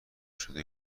شده